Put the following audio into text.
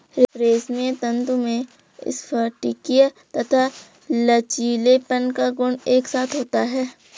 रेशमी तंतु में स्फटिकीय तथा लचीलेपन का गुण एक साथ होता है